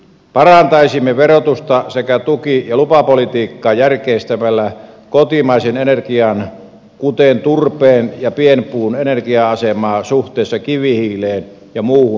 parantaisimme verotusta sekä tuki ja lupapolitiikkaa järkeistämällä kotimaisen energian kuten turpeen ja pienpuun energia asemaa suhteessa kivihiileen ja muuhun tuontienergiaan